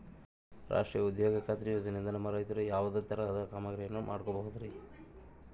ರಾಷ್ಟ್ರೇಯ ಉದ್ಯೋಗ ಖಾತ್ರಿ ಯೋಜನೆಯಿಂದ ನಮ್ಮ ರೈತರು ಯಾವುದೇ ತರಹದ ಕಾಮಗಾರಿಯನ್ನು ಮಾಡ್ಕೋಬಹುದ್ರಿ?